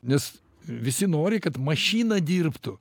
nes visi nori kad mašina dirbtų